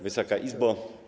Wysoka Izbo!